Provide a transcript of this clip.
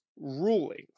rulings